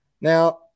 Now